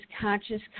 Conscious